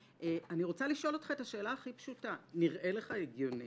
אני רוצה לשאול אותך את השאלה הכי פשוטה: נראה לך הגיוני